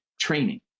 training